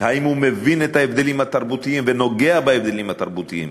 האם הוא מבין את ההבדלים התרבותיים ונוגע בהבדלים התרבותיים,